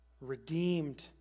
redeemed